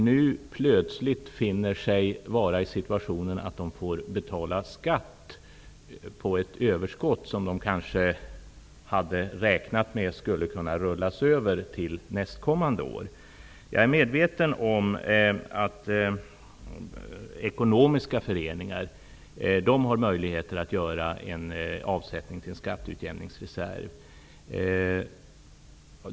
De befinner sig nu plötsligt i situationen att de måste betala skatt på ett överskott som de kanske hade räknat med skulle kunna föras över till nästkommande år. Jag är medveten om att ekonomiska föreningar har möjligheter att göra avsättningar till en skatteutjämningsreserv.